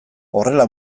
horrela